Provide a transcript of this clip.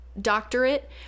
doctorate